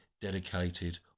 dedicated